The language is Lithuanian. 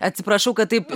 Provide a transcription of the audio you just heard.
atsiprašau kad taip